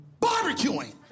barbecuing